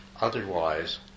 otherwise